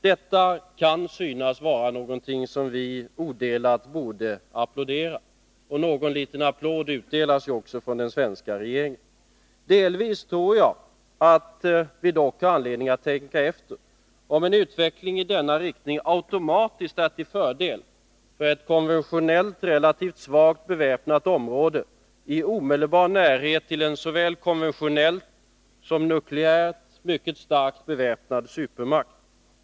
Detta kan synas vara någonting som vi borde applådera, och någon liten applåd utdelas också av den svenska regeringen. Delvis tror jag dock att vi har anledning att tänka efter, om en utveckling i denna riktning automatiskt är till fördel för ett konventionellt relativt svagt beväpnat område i omedelbar närhet av en såväl konventionellt som nukleärt starkt beväpnad supermakt.